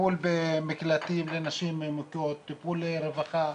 טיפול במקלטים לנשים מוכות, טיפול רווחה,